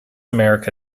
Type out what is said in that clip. america